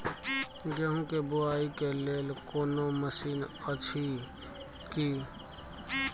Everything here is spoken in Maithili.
गेहूँ के बुआई के लेल कोनो मसीन अछि की?